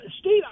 Steve